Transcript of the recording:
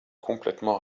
complètement